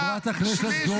אין ברירה.